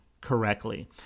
correctly